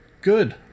Good